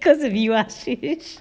cause if you are